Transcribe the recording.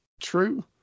true